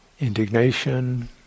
indignation